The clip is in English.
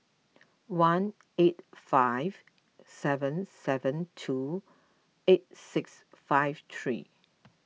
one eight five seven seven two eight six five three